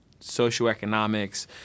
socioeconomics